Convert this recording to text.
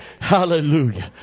Hallelujah